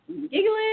giggling